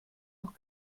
noch